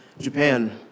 Japan